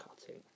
cutting